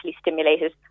stimulated